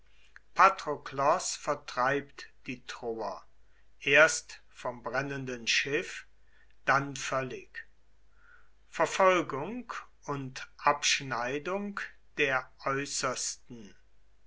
patroklos vertreibt die troer erst vom brennenden schiffe dann völlig verfolgung und abschneidung der äußersten